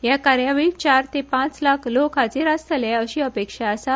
ह्या कार्यावळीक चार ते पाच लाख लोक हाजिर आसतले अशी अपेक्षा आसा